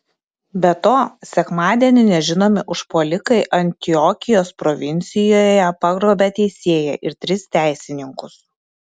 be to sekmadienį nežinomi užpuolikai antiokijos provincijoje pagrobė teisėją ir tris teisininkus